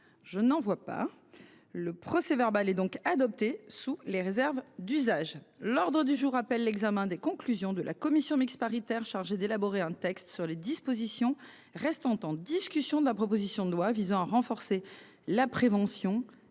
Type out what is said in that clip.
Je n'en vois pas. Le procès-verbal est donc adopté sous les réserves d'usage. L'ordre du jour appelle l'examen des conclusions de la commission mixte paritaire chargée d'élaborer un texte sur les dispositions restant en discussion de la proposition de loi visant à renforcer la prévention